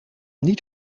niet